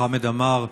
חמד עמאר,